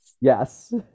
Yes